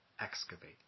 excavate